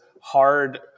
hard